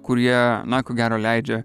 kurie na ko gero leidžia